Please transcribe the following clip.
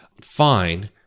fine